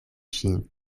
ŝin